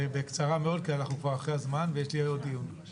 בקצרה מאוד כי אנחנו כבר אחרי הזמן ויש לי עוד דיון.